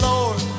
Lord